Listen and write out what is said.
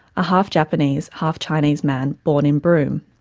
a half-japanese, half-chinese man born in broome.